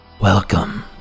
Welcome